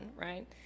right